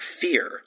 fear